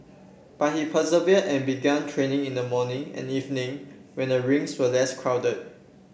but he persevered and began training in the morning and evening when the rinks were less crowded